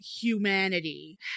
humanity